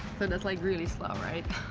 like really slow, right?